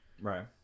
right